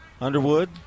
Underwood